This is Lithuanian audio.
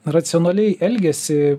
racionaliai elgiasi